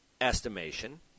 estimation